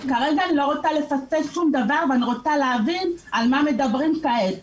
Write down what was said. כרגע אני לא רוצה לפספס שום דבר ואני רוצה להבין על מה מדברים כעת.